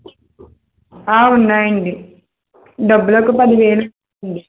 ఉన్నాయండి డబ్బులు ఒక పదివేలు ఉంది